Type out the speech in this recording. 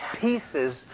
pieces